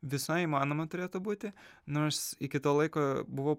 visai įmanoma turėtų būti nors iki to laiko buvau